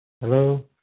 Hello